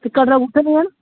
ते कटरा कुत्थै पेआ